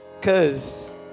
Cause